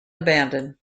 abandoned